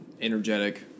energetic